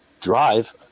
drive